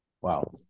Wow